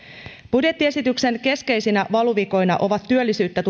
budjettiesityksen keskeisinä valuvikoina ovat työllisyyttä